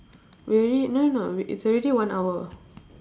we already no no no we it's already one hour